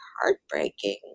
heartbreaking